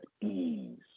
ease